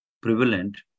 prevalent